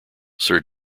sir